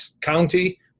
county